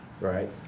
Right